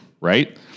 right